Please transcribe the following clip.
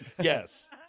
yes